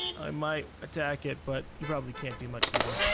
i might attack it, but you probably can't do much to them.